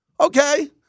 Okay